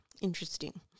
Interesting